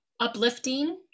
uplifting